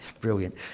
Brilliant